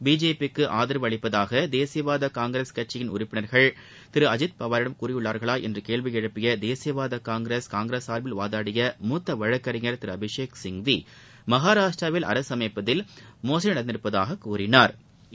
BJP க்கு அதரவு அளிப்பதாக தேசியவாத காங்கிரஸ் கட்சியின் உறப்பினர்கள் திரு அஜித்பவாரிடம் கூறியுள்ளனரா என்று கேள்வி எழுப்பிய தேசியவாத காங்கிரிஸ் காங்கிரஸ் சார்பில் வாதாடிய முத்த வழக்கறிஞர் திரு அபிஷேக் சிங்வி மகாராஷ்டிராவில் அரசு அமைப்பதில் மோசடி நடந்திருப்பதாகக் கூறினாா்